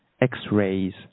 x-rays